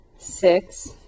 Six